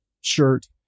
shirt